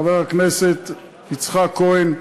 חבר הכנסת יצחק כהן.